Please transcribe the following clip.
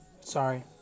sorry